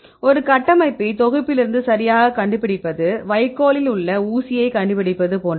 ஒரு கட்டமைப்பை தொகுப்பிலிருந்து சரியாகக் கண்டுபிடிப்பது வைக்கோலில் உள்ள ஊசியை கண்டுபிடிப்பது போன்றது